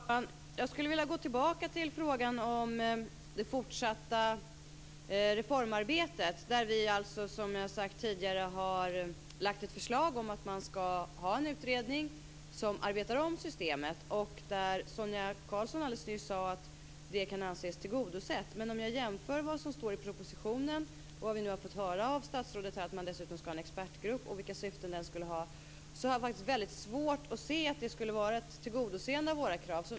Fru talman! Jag skulle vilja gå tillbaka till frågan om det fortsatta reformarbetet. Som jag sagt tidigare har vi i Folkpartiet lagt fram förslag om att man skall tillsätta en utredning som arbetar om systemet. Sonia Karlsson sade alldeles nyss att det kravet kan anses tillgodosett. Men om jag jämför med vad som står i propositionen, och med vad vi nu har fått höra av statsrådet om att man dessutom skall ha en expertgrupp och de syften som den skall ha, har jag väldigt svårt att se att det skulle tillgodose våra krav.